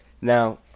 Now